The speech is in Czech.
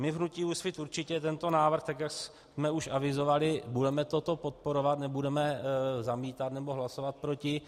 My v hnutí Úsvit určitě tento návrh, tak jak jsme už avizovali, budeme podporovat, nebudeme to zamítat nebo hlasovat proti.